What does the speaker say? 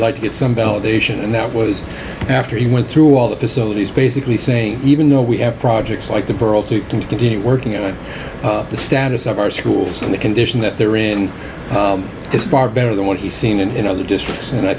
like to get some validation and that was after he went through all the facilities basically saying even though we have projects like the world to continue working on the status of our schools and the condition that they're in is far better than what he's seen in other districts and i